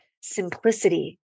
simplicity